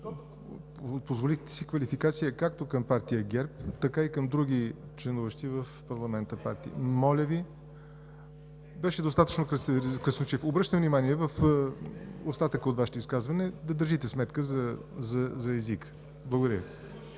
позволихте си квалификация както към Партия ГЕРБ, така и към други членуващи в парламента партии. Моля Ви! Обръщам внимание в остатъка от Вашето изказване да държите сметка за езика. Благодаря